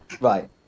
Right